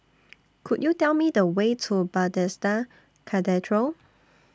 Could YOU Tell Me The Way to Bethesda Cathedral